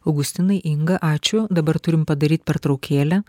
augustinai inga ačiū dabar turim padaryt pertraukėlę